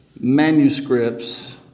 manuscripts